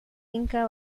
inca